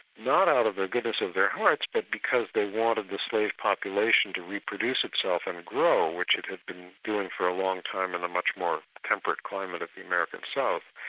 not out of the goodness of their hearts, but because they wanted the slave population to reproduce itself and grow, which had been doing for a long time in the much more temperate climate of the american south,